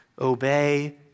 obey